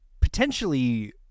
potentially